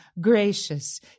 gracious